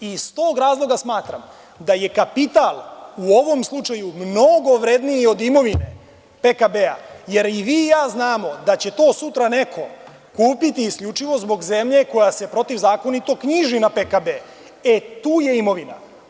Iz tog razloga smatram da je kapital u ovom slučaju mnogo vredniji od imovine PKB, jer i vi i ja znamo da će to sutra neko kupiti isključivo zbog zemlje koja se protivzakonito knjiži na PKB, e tu je imovina.